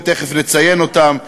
ותכף נציין אותם,